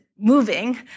moving